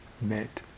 met